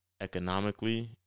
economically